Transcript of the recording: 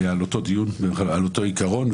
זה היה דיון על אותו עיקרון,